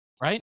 right